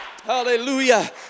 Hallelujah